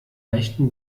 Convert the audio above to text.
leichten